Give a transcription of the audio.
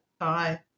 Hi